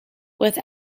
with